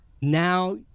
Now